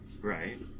Right